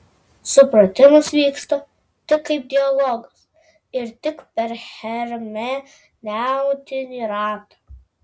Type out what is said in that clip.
supratimas vyksta tik kaip dialogas ir tik per hermeneutinį ratą